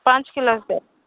ପାଞ୍ଚ୍ କ୍ଲାସ୍ ଯାଏ